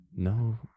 No